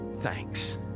thanks